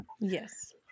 Yes